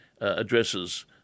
addresses